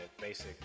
basic